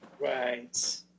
Right